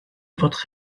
votre